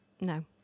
no